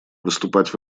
выступать